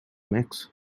mix